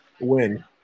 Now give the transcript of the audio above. Win